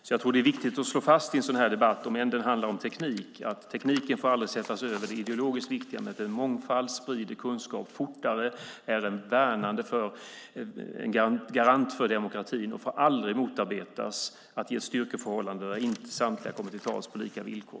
Jag tror att det är viktigt att slå fast i en sådan här debatt, även om den handlar om teknik, att tekniken aldrig får sättas över det ideologiskt viktiga med att mångfald sprider kunskap fortare och är en garant för demokratin. Den får aldrig motarbetas eller ge styrkeförhållanden där inte samtliga kommer till tals på lika villkor.